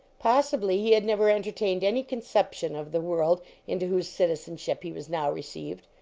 possibly he had never entertained any conception of the world into whose citizen ship he was now received,